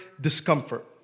discomfort